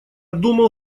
думал